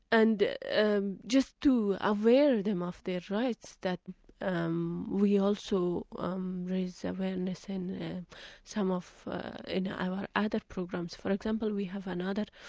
and and just to avail them of their rights that um we also um raise awareness in some of our other programs. for example, we have another